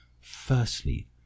Firstly